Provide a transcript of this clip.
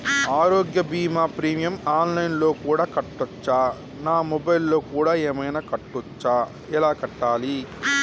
ఆరోగ్య బీమా premium online లో కూడా కట్టచ్చా? నా మొబైల్లో కూడా ఏమైనా కట్టొచ్చా? ఎలా కట్టాలి?